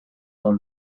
dans